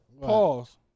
Pause